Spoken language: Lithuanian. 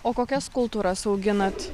o kokias kultūras auginat